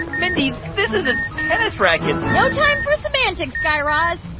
mindy, this is a tennis racket no time for semantics, guy raz.